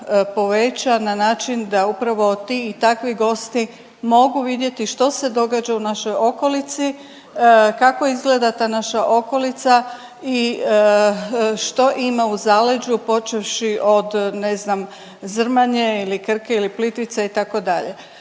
poveća na način da upravo ti i takvi gosti mogu vidjeti što se događa u našoj okolici, kako izgleda ta naša okolica i što ima u zaleđu počevši od ne znam, Zrmanje ili Krke ili Plitvice itd.